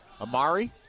Amari